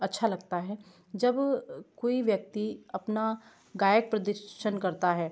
अच्छा लगता है जब कोई व्यक्ति अपना गायक प्रदर्शन करता है